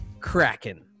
Kraken